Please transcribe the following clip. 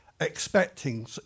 expecting